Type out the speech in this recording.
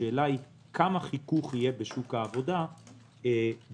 השאלה היא כמה חיכוך יהיה בשוק העבודה בהמשך.